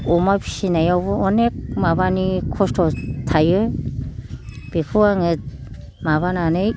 अमा फिसिनायावबो अनेख माबानि खस्थ' थायो बेखौ आङो माबानानै